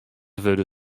wurde